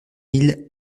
mille